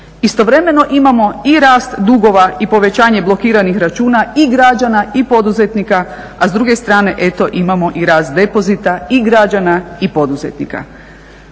Istovremeno imamo i rast dugova i povećanje blokiranih računa i građana i poduzetnika, a s druge strane, eto, imamo i rast depozita i građana i poduzetnika.